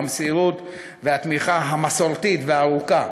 המסירות והתמיכה המסורתית והארוכה.